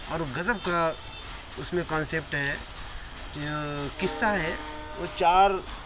اور غضب کا اس میں کانسیپٹ ہے قصہ ہے وہ چار